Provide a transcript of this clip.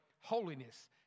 holiness